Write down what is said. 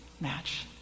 match